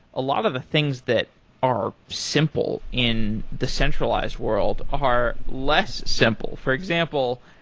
a lot of the things that are simple in decentralized world are less simple. for example,